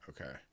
okay